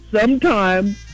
sometime